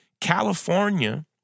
California